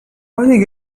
wanna